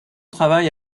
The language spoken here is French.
travail